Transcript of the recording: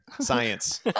Science